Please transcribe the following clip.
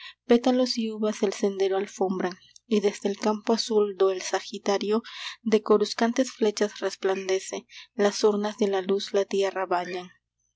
pétalos y uvas el sendero alfombran y desde el campo azul do el sagitario de coruscantes flechas resplandece las urnas de la luz la tierra bañan